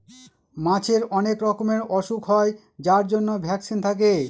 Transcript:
মাছের অনেক রকমের ওসুখ হয় যার জন্য ভ্যাকসিন থাকে